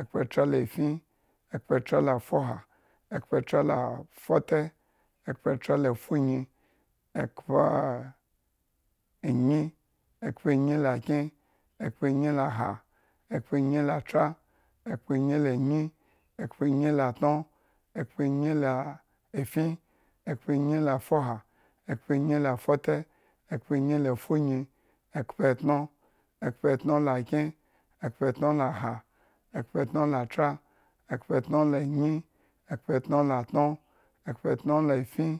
ekhpetra lafin, ekhpetra lafoha, ekhpetra lafote, ekhpetra lafunyi, ekhpenyi, ekhpenyi lakyen, ekhpenyi laha, ekhpenyi latera, ekhpenyi la anyi, ekhpenyilatno, ekhpenyi lafin, ekhpenyi lafoha, ekhpenyi lafote, ekhpenyi lafuyin, ekhpetno, ekhpetno lakyen, ekhpetno laha, ekhpetno latra, ekhpetno lanyi, ekhpetno la atno, ekhpetno lafin